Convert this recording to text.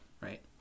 right